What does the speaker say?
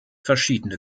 verschiedene